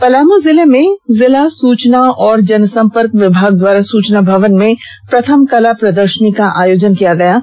पलामू जिले के जिला सूचना एवं जनसंपर्क विभाग द्वारा सूचना भवन में प्रथम कला प्रदर्शनी का आयोजन किया गया है